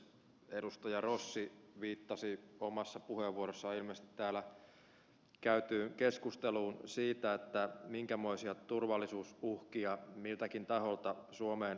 edustaja rossi viittasi omassa puheenvuorossaan ilmeisesti täällä käytyyn keskusteluun siitä minkälaisia turvallisuusuhkia miltäkin taholta suomeen kohdistuu